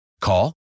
Call